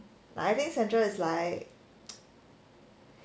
like I think sandra is like